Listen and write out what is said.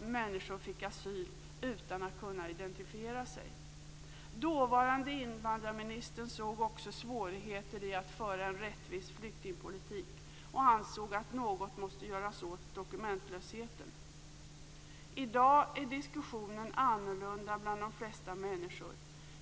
människor fick asyl utan att kunna identifiera sig. Dåvarande invandrarministern såg också svårigheter att föra en rättvis flyktingpolitik och ansåg att något måste göras åt dokumentlösheten. I dag är diskussionen annorlunda bland de flesta människor.